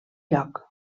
lloc